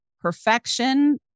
perfection